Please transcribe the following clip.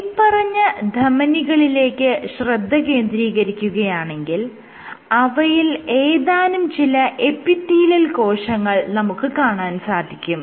മേല്പറഞ്ഞ ധമനികളിലേക്ക് ശ്രദ്ധ കേന്ദ്രീകരിക്കുകയാണെങ്കിൽ അവയിൽ ഏതാനും ചില എപ്പിത്തീലിയൽ കോശങ്ങൾ നമുക്ക് കാണാൻ സാധിക്കും